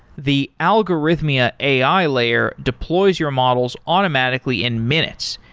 the algorithmia ai layer deploys your models automatically in minutes,